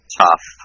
tough